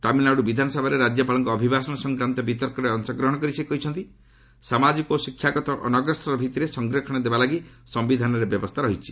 ତାମିଲନାଡୁ ବିଧାନସଭାରେ ରାଜ୍ୟପାଳଙ୍କ ଅଭିଭାଷଣ ସଂକ୍ରାନ୍ତ ବିତର୍କରେ ଅଂଶଗ୍ରହଣ କରି ସେ କହିଛନ୍ତି ସାମାଜିକ ଓ ଶିକ୍ଷାଗତ ଅନଗ୍ରସର ଭିଭିରେ ସଫରକ୍ଷଣ ଦେବାଲାଗି ସିୟିଧାନରେ ବ୍ୟବସ୍ଥା ରହିଛି